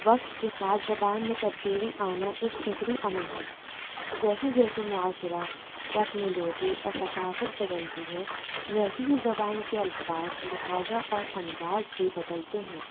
وقت کے ساتھ زبان میں تبدیلی آنا ایک فطری عمل ہے جیسے جیسے معاشرہ ٹیکنالوجی اور ثقافت بدلتی ہے ویسے ہی زبان کے الفاظ لہٰذا اور انداز بھی بدلتے ہیں